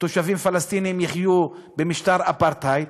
תושבים פלסטינים יחיו במשטר אפרטהייד.